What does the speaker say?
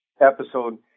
episode